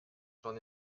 j’en